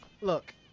Look